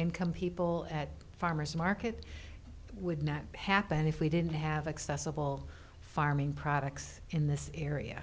income people at farmer's market would not happen if we didn't have excess of all farming products in this area